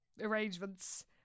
arrangements